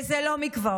וזה לא מקוואות,